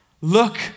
Look